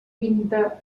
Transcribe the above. pinta